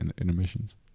intermissions